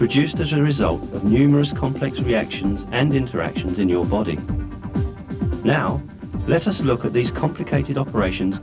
produced as a result of numerous complex reactions and interactions in your body now let us look at these complicated operations